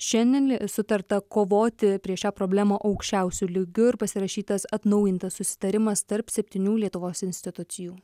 šiandien sutarta kovoti prieš šią problemą aukščiausiu lygiu ir pasirašytas atnaujintas susitarimas tarp septynių lietuvos institucijų